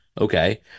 Okay